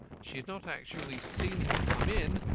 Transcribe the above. she had not actually seen him come in,